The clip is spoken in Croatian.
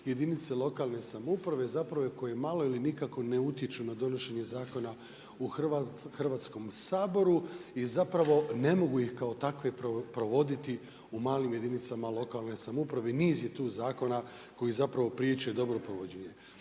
jedinice lokalne samouprave koje malo ili nikako ne utječu na donošenje zakona u Hrvatskom saboru i ne mogu ih kao takve provoditi u malim jedinicama lokalne samouprave, niz je tu zakona koji priječe dobro provođenje.